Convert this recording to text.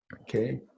okay